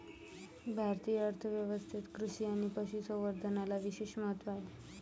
भारतीय अर्थ व्यवस्थेत कृषी आणि पशु संवर्धनाला विशेष महत्त्व आहे